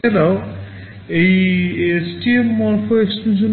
এছাড়াও এই STM morpho extension